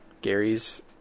Gary's